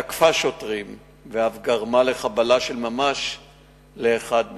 תקפה שוטרים ואף גרמה לחבלה של ממש לאחד מהם.